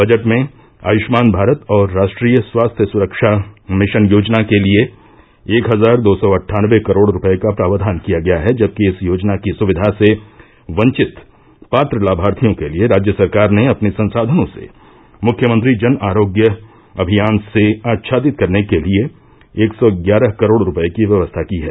budget में आयुश्मान भारत और राश्ट्रीय स्वास्थ्य सुरक्षा मिषन योजना के लिये एक हजार दो सौ अट्ठानवे करोड़ रूपये का प्रावधान किया गया है जबकि इंस योजना की सुविधा से वंचित पात्र लाभार्थियों के लिये राज्य सरकार ने अपने संसाधनों से मुख्यमंत्री जन आरोग्य अभियान से अच्छादित करने के लिये एक सौ ग्यारह करोड़ रूपये की व्यवस्था की है